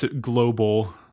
global